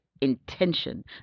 intention